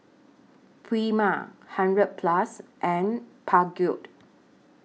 Prima hundred Plus and Peugeot